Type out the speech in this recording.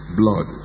blood